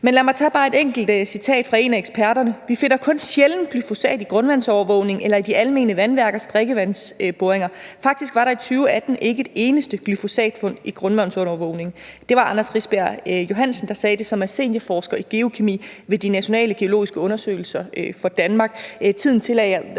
Lad mig tage bare et enkelt citat fra en af eksperterne: »Vi finder kun sjældent glyphosat i grundvandsovervågningen eller i de almene vandværkers drikkevandsboringer. Faktisk var der i 2018 ikke et eneste glyphosatfund i grundvandsovervågningen«. Det var Anders Risbjerg Johnsen, som er seniorforsker i geokemi ved De Nationale Geologiske Undersøgelser for Danmark og Grønland,